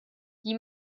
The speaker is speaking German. die